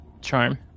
charm